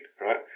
right